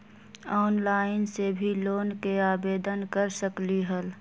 Online से भी loan के आवेदन कर सकलीहल?